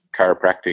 chiropractic